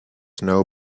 know